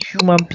human